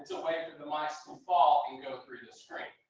it's a way for the mites will fall and go through the screen.